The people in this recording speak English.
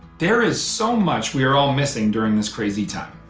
there is so much we are all missing during this crazy time,